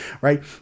right